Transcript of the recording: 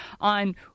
on